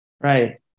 right